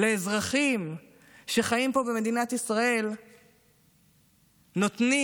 לאזרחים שחיים פה במדינת ישראל ונותנים,